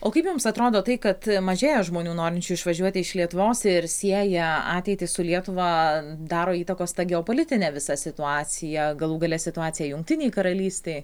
o kaip mums atrodo tai kad mažėja žmonių norinčių išvažiuoti iš lietuvos ir sieja ateitį su lietuva daro įtakos tą geopolitinė visą situaciją galų gale situacija jungtinej karalystėj